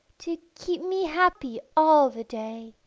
to keep me happy all the day.